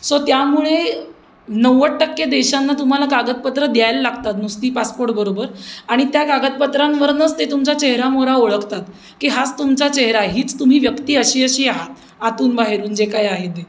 so त्यामुळे नव्वद टक्के देशांना तुम्हाला कागदपत्रं द्यायला लागतात नुसती पासपोर्टबरोबर आणि त्या कागदपत्रांवरनंच ते तुमच्या चेहरामोहरा ओळखतात की हाच तुमचा चेहरा आहे हीच तुम्ही व्यक्ती अशी अशी आहात आतून बाहेरून जे काय आहे ते